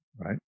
right